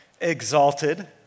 exalted